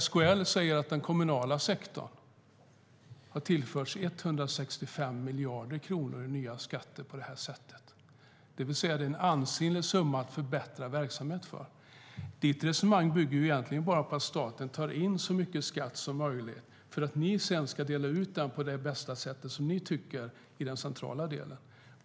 SKL säger att den kommunala sektorn har tillförts 165 miljarder kronor i nya skatter på det här sättet. Det är alltså en ansenlig summa att förbättra verksamheten med. Ditt resonemang, Mattias Jonsson, bygger egentligen bara på att staten tar in så mycket skatt som möjligt för att ni sedan ska dela ut den på det sätt ni tycker är det bästa i den centrala delen.